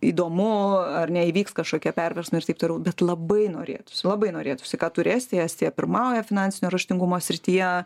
įdomu ar neįvyks kažkokie perversmai ir taip toliau bet labai norėtųsi labai norėtųsi ką turi estija estija pirmauja finansinio raštingumo srityje